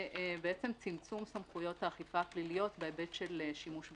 צמצום סמכויות האכיפה הפליליות בהיבט של שימוש בכוח,